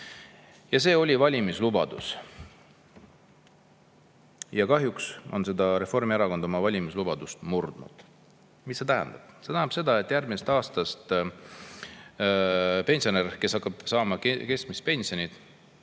see oli valimislubadus. Kahjuks on Reformierakond oma valimislubadust murdnud. Mida see tähendab? See tähendab seda, et järgmisest aastast pensionär, kes hakkab saama keskmist pensioni,